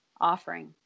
offering